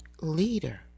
leader